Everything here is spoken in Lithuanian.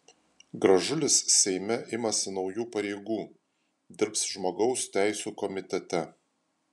gražulis seime imasi naujų pareigų dirbs žmogaus teisių komitete